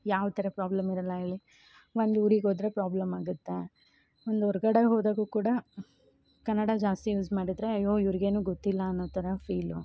ಯಾವ್ತರ ಪ್ರಾಬ್ಲಮ್ ಇರೋಲ್ಲ ಹೇಳಿ ಒಂದು ಊರಿಗೆ ಹೋದ್ರೆ ಪ್ರಾಬ್ಲಮ್ ಆಗುತ್ತೆ ಒಂದು ಹೊರ್ಗಡೆ ಹೋದಾಗು ಕೂಡ ಕನ್ನಡ ಜಾಸ್ತಿ ಯೂಸ್ ಮಾಡಿದ್ರೆ ಅಯ್ಯೋ ಇವ್ರಿಗೇನು ಗೊತ್ತಿಲ್ಲ ಅನ್ನೋ ಥರ ಫೀಲು